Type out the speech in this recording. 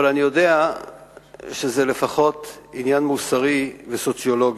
אבל אני יודע שזה לפחות עניין מוסרי וסוציולוגי: